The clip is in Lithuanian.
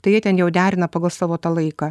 tai jie ten jau derina pagal savo tą laiką